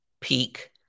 Peak